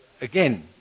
again